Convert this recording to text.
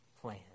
plan